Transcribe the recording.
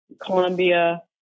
Colombia